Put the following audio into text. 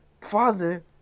Father